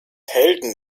helden